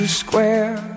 square